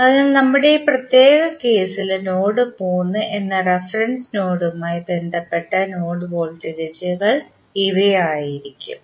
അതിനാൽ നമ്മുടെ ഈ പ്രത്യേക കേസിൽ നോഡ് 3 എന്ന റഫറൻസ് നോഡുമായി ബന്ധപ്പെട്ട നോഡ് വോൾട്ടേജുകൾ ഇവയായിരിക്കും